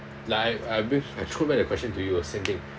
like I I b~ I throwback the question to you ah same thing